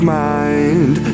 mind